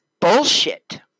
bullshit